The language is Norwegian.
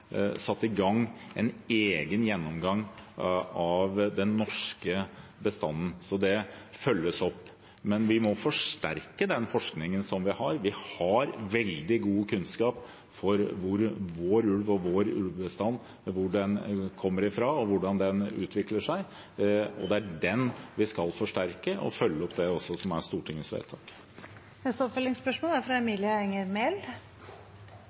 satt i gang en egen gjennomgang av den norske bestanden, så det følges opp. Men vi må forsterke den forskningen vi har. Vi har veldig god kunnskap om hvor vår ulv og vår ulvebestand kommer fra, og hvordan den utvikler seg, og det er den vi skal forsterke – og også følge opp det som er Stortingets vedtak. Emilie Enger Mehl – til oppfølgingsspørsmål. Regjeringens ulvepolitikk og manglende oppfølging av rovdyrforliket er